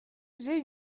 j’ai